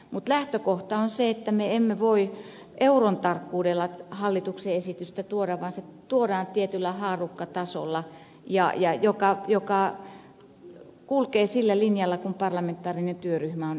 mutta lähtökohta on se että me emme voi euron tarkkuudella hallituksen esitystä tuoda vaan se tuodaan tietyllä haarukkatasolla joka kulkee sillä linjalla mitä parlamentaarinen työryhmä on esittänyt